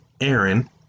Aaron